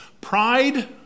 Pride